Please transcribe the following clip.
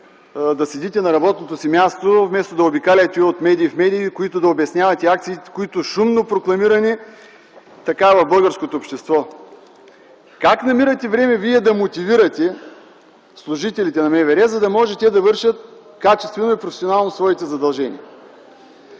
да седите на работното си място, вместо да обикаляте от медия в медия, където да обяснявате акции – шумно прокламирани в българското общество. Как намирате време да мотивирате служителите на МВР, за да могат да извършват качествено и професионално своите задължения?